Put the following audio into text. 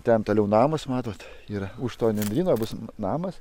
ten toliau namas matote yra už to nendryno bus namas